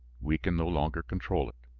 we can no longer control it.